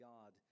God